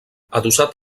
adossat